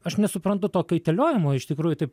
aš nesuprantu to kaitaliojimo iš tikrųjų tai